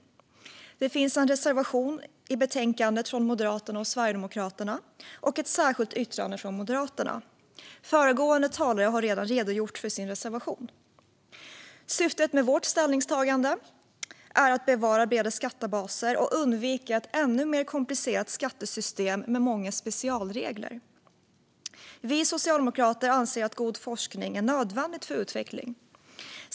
Det finns en reservation i betänkandet från Moderaterna och Sverigedemokraterna och ett särskilt yttrande från Moderaterna. Föregående talare har redan redogjort för sin reservation. Syftet med vårt ställningstagande är att bevara breda skattebaser och undvika ett ännu mer komplicerat skattesystem med många specialregler. Vi socialdemokrater anser att god forskning är nödvändigt för utveckling.